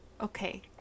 okay